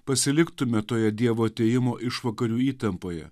pasiliktume toje dievo atėjimo išvakarių įtampoje